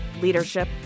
leadership